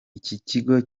ikigo